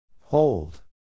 Hold